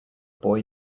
boy